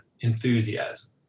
enthusiasm